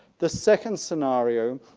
the second scenario